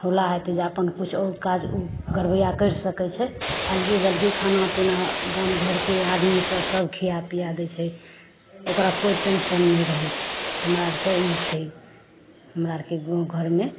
हौला होयतै जे अपन किछु आओर काज घरबैया करि सकैत छै अलगी बलगी खाना पीना गाम घरके आदमी सब सब खिया पीया दै छै ओकरा कोइ टेन्शन नहि रहै छै हमरा आरके ई छै हमरा आरके गाँव घरमे